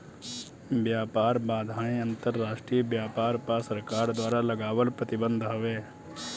व्यापार बाधाएँ अंतरराष्ट्रीय व्यापार पअ सरकार द्वारा लगावल प्रतिबंध हवे